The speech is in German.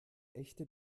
echte